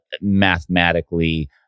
mathematically